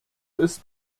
ist